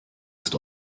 ist